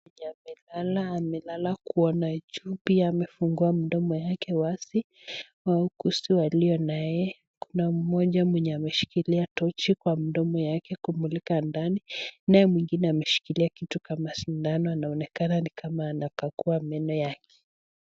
Inaonekana amelala kuona juu, pia amefungua mdomo yake wazi, wauguzi walio na yeye. Kuna moja mwenye ameshikilia tochi kwa mdomo yake kumulika ndani naye mwingine ameshikilia kitu kama sindano anaonekana ni kama anakagua meno yake.